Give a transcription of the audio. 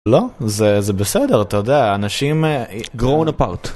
לא זה זה בסדר אתה יודע אנשים grown apart